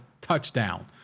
touchdown